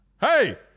hey